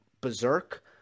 berserk